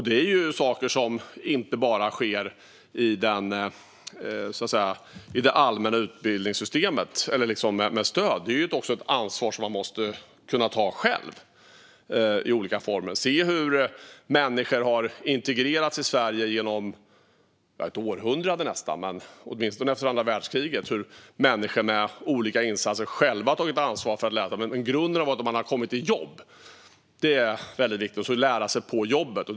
Det här är saker som inte bara sker i det allmänna utbildningssystemet eller med stöd, utan det är också ett ansvar som man måste kunna ta själv i olika former. Vi ser hur människor har integrerats i Sverige under nästan ett århundrade - eller åtminstone efter andra världskriget. Det är människor som med olika insatser själva har tagit ansvar för att lära sig. Men grunden är att de har kommit i jobb. Det är väldigt viktigt. De har fått lära sig på jobbet.